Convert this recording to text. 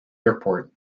airport